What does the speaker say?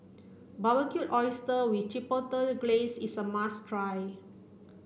Barbecued Oysters with Chipotle Glaze is a must try